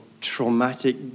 traumatic